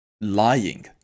lying